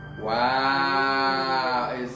Wow